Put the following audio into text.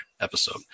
episode